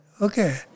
Okay